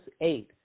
eight